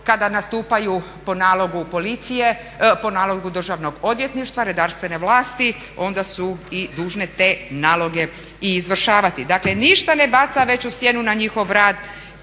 kada nastupaju po nalogu Državnog odvjetništva redarstvene vlasti onda su i dužne te naloge i izvršavati. Dakle, ništa ne baca veću sjenu na njihov rad